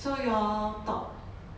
so you all talk